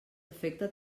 afecta